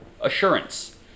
Assurance